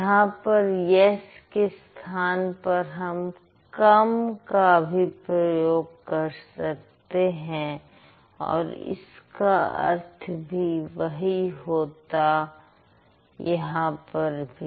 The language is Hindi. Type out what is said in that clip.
यहां पर यस के स्थान पर हम कम का भी प्रयोग कर सकते थे और इसका अर्थ भी वही होता यहां पर भी